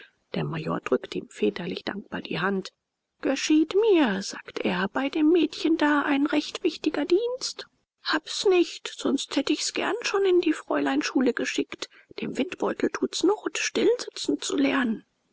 der major drückte ihm väterlich dankbar die hand geschieht mir sagt er bei dem mädchen da ein recht wichtiger dienst hab's nicht sonst hätt ich's gern schon in die fräuleinschule geschickt dem windbeutel tut's not still sitzen zu lernen